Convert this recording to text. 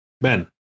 Ben